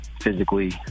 physically